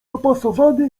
dopasowany